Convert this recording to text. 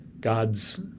God's